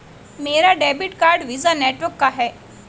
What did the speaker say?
मेरा debit card Visa network का है